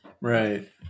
right